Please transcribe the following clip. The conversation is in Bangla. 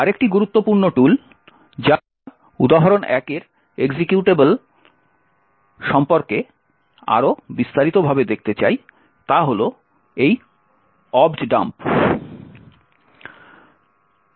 আরেকটি গুরুত্বপূর্ণ টুল যা আমরা উদাহরণ1 এর এক্সিকিউটেবল সম্পর্কে আরও বিস্তারিতভাবে দেখতে চাই তা হল এই objdump